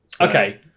Okay